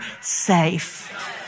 safe